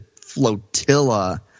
flotilla